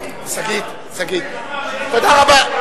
תודה רבה.